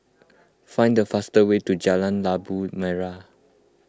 find the fastest way to Jalan Labu Merah